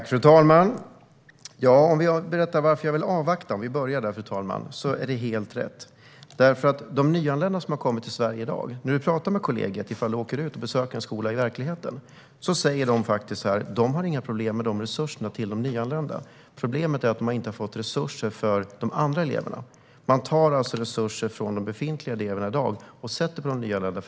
Fru talman! Om vi börjar med varför jag vill avvakta är det helt rätt. När det gäller de nyanlända som har kommit till Sverige säger kollegorna, ifall man åker ut och besöker en skola i verkligheten, att det inte är resurser till de nyanlända som är problemet. Problemet är att de inte har fått resurser för de andra eleverna. I dag tar man resurser från de befintliga eleverna och sätter på de nyanlända.